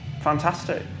Fantastic